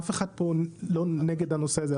אף אחד פה לא נגד הנושא הזה.